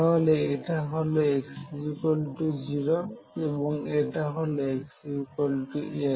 তাহলে এটা হল x0 এবং এটা হল xL